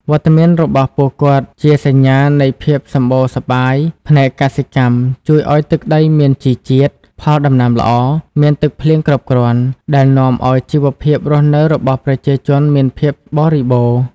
វត្តមានរបស់ពួកគាត់ជាសញ្ញានៃ ភាពសម្បូរសប្បាយផ្នែកកសិកម្ម ជួយឲ្យទឹកដីមានជីជាតិ ផលដំណាំល្អ មានទឹកភ្លៀងគ្រប់គ្រាន់ ដែលនាំឲ្យជីវភាពរស់នៅរបស់ប្រជាជនមានភាពបរិបូរណ៍។